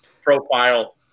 profile